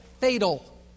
fatal